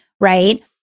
right